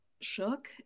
shook